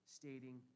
stating